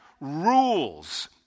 rules